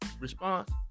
response